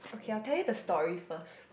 okay I'll tell you the story first